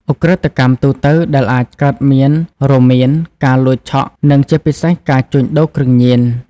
ឧក្រិដ្ឋកម្មទូទៅដែលអាចកើតមានរួមមាន ការលួច ឆក់ និងជាពិសេស ការជួញដូរគ្រឿងញៀន។